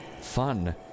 fun